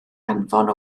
anfon